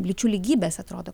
lyčių lygybės atrodo